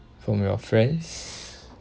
from your friends